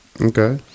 Okay